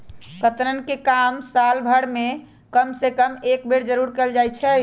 कतरन के काम साल भर में कम से कम एक बेर जरूर कयल जाई छै